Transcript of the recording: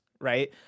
right